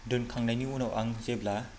दोनखांनायनि उनाव आं जेब्ला